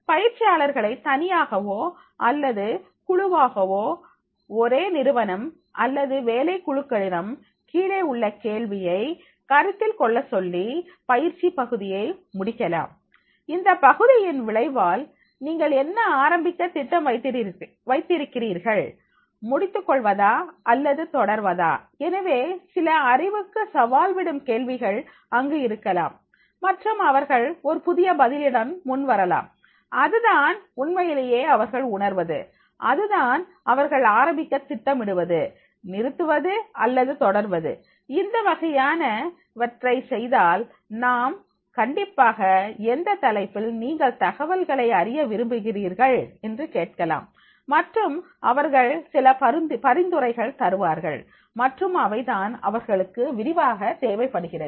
பயிற்சியாளர்களை தனியாகவோ அல்லது குழுவாகவோ ஒரே நிறுவனம் அல்லது வேலை குழுக்களிடம் கீழே உள்ள கேள்வியை கருத்தில் கொள்ள சொல்லி பயிற்சி பகுதியை முடிக்கலாம் இந்த பகுதியின் விளைவால் நீங்கள் என்ன ஆரம்பிக்க திட்டம் வைத்திருக்கிறீர்கள் முடித்துக் கொள்வதா அல்லது தொடர்வதா எனவே சில அறிவுக்கு சவால்விடும் கேள்விகள் அங்கு இருக்கலாம் மற்றும் அவர்கள் ஒரு புதிய பதிலுடன் முன்வரலாம் அதுதான் உண்மையிலேயே அவர்கள் உணர்வது அதுதான் அவர்கள் ஆரம்பிக்க திட்டமிடுவது நிறுத்துவது அல்லது தொடர்வது இந்த வகையான அவற்றை செய்தால் நாம் கண்டிப்பாக எந்த தலைப்பில் நீங்கள் தகவல்களை அறிய விரும்புகிறீர்கள் என்று கேட்கலாம் மற்றும் அவர்கள் சில பரிந்துரைகள் தருவார்கள் மற்றும் அவை தான் அவர்களுக்கு விரிவாக தேவைப்படுகிறது